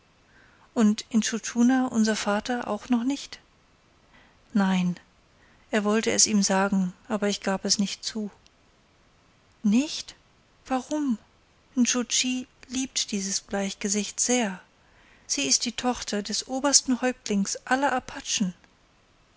und intschu tschuna unser vater auch noch nicht nein er wollte es ihm sagen aber ich gab es nicht zu nicht warum nscho tschi liebt dieses bleichgesicht sehr sie ist die tochter des obersten häuptlings aller apachen